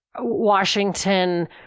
Washington